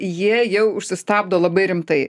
jie jau užsistabdo labai rimtai